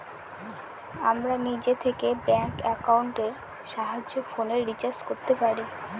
আমরা নিজে থেকে ব্যাঙ্ক একাউন্টের সাহায্যে ফোনের রিচার্জ করতে পারি